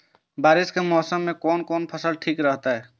बारिश के मौसम में कोन कोन फसल ठीक रहते?